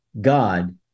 God